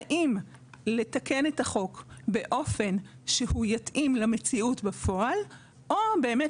האם לתקן את החוק באופן שהוא יתאים למציאות בפועל או באמת